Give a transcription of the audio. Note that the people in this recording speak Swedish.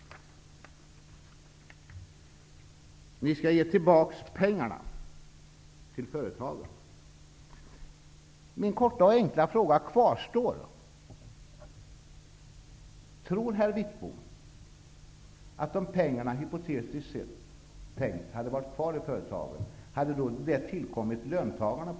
Ni skall ge tillbaka pengarna till företagen. Min korta och enkla fråga kvarstår: Tror herr Wittbom att någon del av pengarna, om de hypotetiskt tänkt hade varit kvar i företagen, på något sätt hade tillkommit löntagarna?